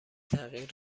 تغییر